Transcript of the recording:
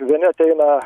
vieni ateina